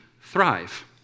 thrive